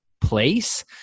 place